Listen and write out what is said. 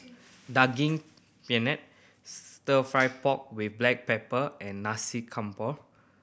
Daging Penyet Stir Fry pork with black pepper and Nasi Campur